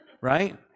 Right